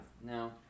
Now